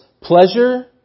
pleasure